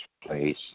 place